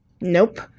Nope